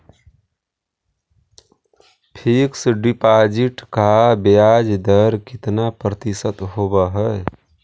Fix deposit का ब्याज दर कितना प्रतिशत होब है?